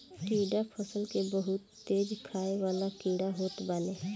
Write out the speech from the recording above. टिड्डा फसल के बहुते तेज खाए वाला कीड़ा होत बाने